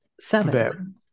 Seven